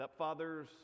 stepfathers